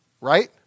Right